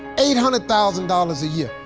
eight hundred thousand dollars a year,